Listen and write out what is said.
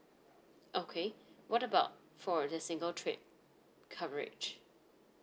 okay what about for the single trip coverage